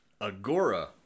Agora